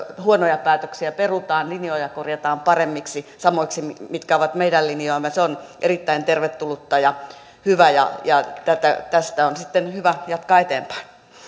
huonoja päätöksiä perutaan linjoja korjataan paremmiksi samoiksi mitkä ovat meidän linjojamme se on erittäin tervetullutta ja hyvä ja ja tästä on sitten hyvä jatkaa eteenpäin